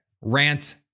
rant